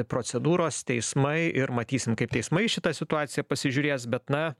procedūros teismai ir matysim kaip teismai į šitą situaciją pasižiūrės bet na